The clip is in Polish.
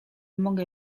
mogę